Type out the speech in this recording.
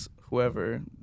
whoever